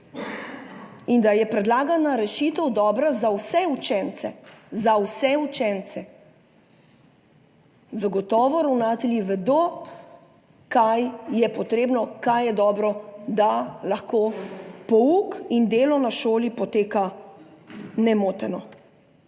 in da je predlagana rešitev dobra za vse učence. Za vse učence. Zagotovo ravnatelji vedo, kaj je potrebno, kaj je dobro, da lahko pouk in delo na šoli poteka nemoteno.